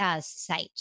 site